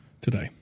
today